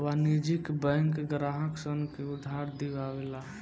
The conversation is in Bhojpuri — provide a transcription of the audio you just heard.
वाणिज्यिक बैंक ग्राहक सन के उधार दियावे ला